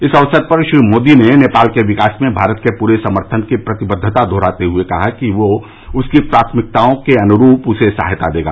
इस अवसर पर श्री मोदी ने नेपाल के विकास में भारत के पूरे समर्थन की प्रतिबद्दता दोहराते हुए कहा है कि वह उसकी प्राथमिकताओं के अनुरूप उसे सहायता देगा